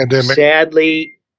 Sadly